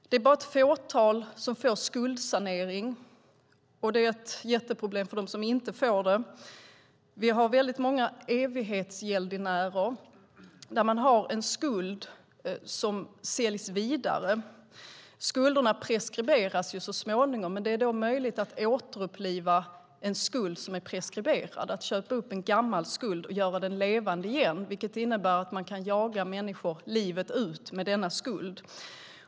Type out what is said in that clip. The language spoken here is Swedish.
Det är bara ett fåtal som får skuldsanering, och det är ett jätteproblem för dem som inte får det. Vi har väldigt många evighetsgäldenärer som har en skuld som säljs vidare. Skulderna preskriberas så småningom, men det är möjligt att återuppliva en skuld som är preskriberad, alltså att köpa upp en gammal skuld och göra den levande igen, vilket innebär att man kan jaga människor livet ut med denna skuld.